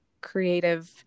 creative